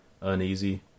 uneasy